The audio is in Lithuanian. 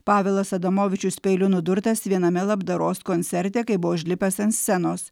pavelas adamovičius peiliu nudurtas viename labdaros koncerte kai buvo užlipęs ant scenos